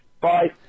Bye